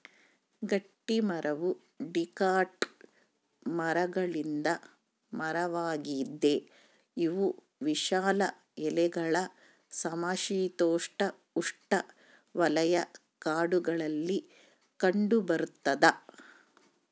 ಗಟ್ಟಿಮರವು ಡಿಕಾಟ್ ಮರಗಳಿಂದ ಮರವಾಗಿದೆ ಇವು ವಿಶಾಲ ಎಲೆಗಳ ಸಮಶೀತೋಷ್ಣಉಷ್ಣವಲಯ ಕಾಡುಗಳಲ್ಲಿ ಕಂಡುಬರ್ತದ